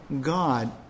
God